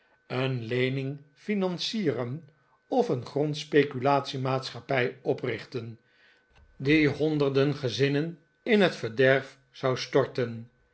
een leening financieren of een grond speculatiemaatschappij oprichten die honderden gezinnen in het verderf zou storten